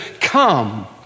come